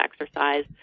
exercise